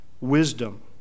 wisdom